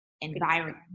environment